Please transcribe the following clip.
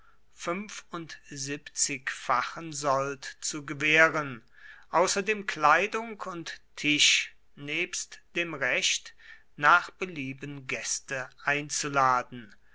fünfundsiebzigfachen sold zu gewähren außerdem kleidung und tisch nebst dem recht nach belieben gäste einzuladen